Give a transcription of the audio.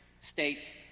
states